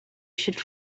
should